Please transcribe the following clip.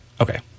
Okay